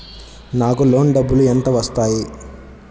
నాకు లోన్ డబ్బులు ఎంత వస్తాయి?